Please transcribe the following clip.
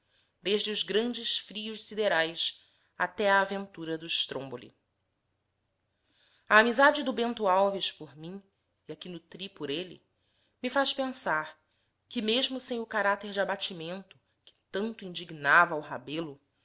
desde os grandes frios siderais até à aventura do stromboli a amizade do bento alves por mim e a que nutri por ele me faz pensar que mesmo sem o caráter de abatimento que tanto indignava